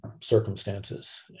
circumstances